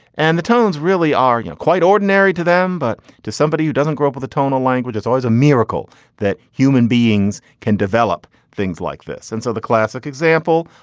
and the tones really are you know quite ordinary to them. but to somebody who doesn't grow up with a tonal language, it's always a miracle that human beings can develop things like this. and so the classic example,